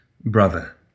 brother